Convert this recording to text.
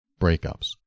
breakups